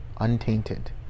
untainted